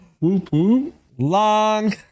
long